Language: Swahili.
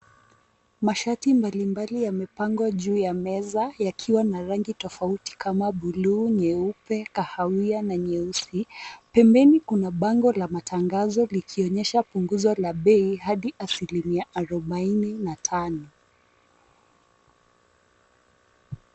Mashati mbalimbali yamepangwa juu ya meza yakiwa na rangi tofauti kama buluu, nyeupe, kahawia na nyeusi. Pembeni kuna bango la matangazo likionyesha punguzo la bei hadi asimilia arubaini na tano.